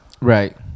right